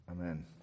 Amen